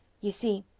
you see,